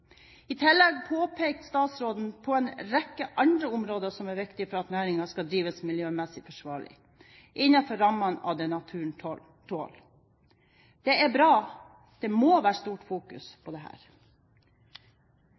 I tillegg pekte statsråden på en rekke andre områder som er viktige for at næringen skal drives miljømessig forsvarlig innenfor rammene av det naturen tåler. Det er bra. Det må være stort fokus